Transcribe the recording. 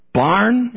barn